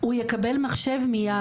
הוא יקבל מחשב מיד.